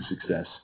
success